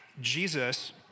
Jesus